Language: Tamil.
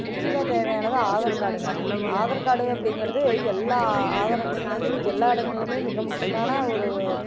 முக்கியமாக தேவையானது ஆதார் கார்டுங்க ஆதார் கார்டு அப்படிங்கிறது எல்லா ஆதார் அட்டைங்கிறது இன்றைக்கி எல்லா இடங்கள்லையும் மிக முக்கியமான ஒரு